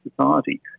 society